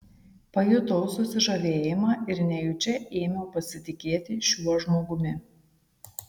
pajutau susižavėjimą ir nejučia ėmiau pasitikėti šiuo žmogumi